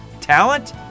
Talent